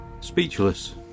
Speechless